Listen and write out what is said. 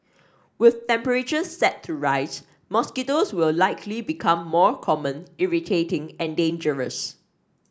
with temperatures set to rise mosquitoes will likely become more common irritating and dangerous